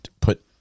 put